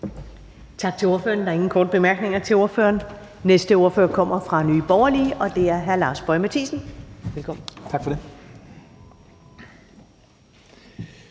Tak til ordføreren. Der er ingen korte bemærkninger til ordføreren. Den næste ordfører kommer fra Nye Borgerlige, og det er hr. Lars Boje Mathiesen. Velkommen. Kl.